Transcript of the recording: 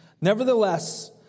Nevertheless